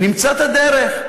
נמצא את הדרך.